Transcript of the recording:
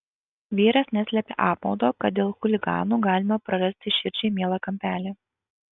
vyras neslėpė apmaudo kad dėl chuliganų galime prarasti širdžiai mielą kampelį